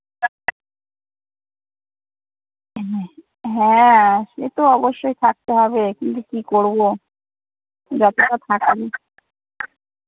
হুম হ্যাঁ সে তো অবশ্যই থাকতে হবে কিন্তু কী করবো যতোটা থাকি